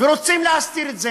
ורוצים להסתיר את זה.